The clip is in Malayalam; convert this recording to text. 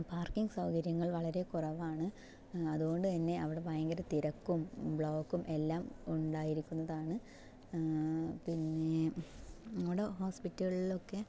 പാർക്കിംഗ് സൗകര്യങ്ങൾ വളരെ കുറവാണ് അത് കൊണ്ടുതന്നെ അവിടെ ഭയങ്കര തിരക്കും ബ്ലോക്കും എല്ലാം ഉണ്ടായിരിക്കുന്നതാണ് പിന്നെ നമ്മുടെ ഹോസ്പിറ്റലുകളിൽ ഒക്കെ